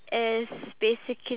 ya